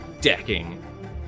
decking